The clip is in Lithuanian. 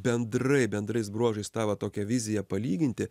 bendrai bendrais bruožais tą va tokią viziją palyginti